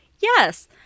Yes